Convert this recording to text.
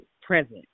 present